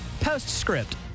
Postscript